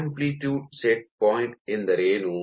amplitude set point ಎಂದರೇನು